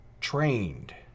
Trained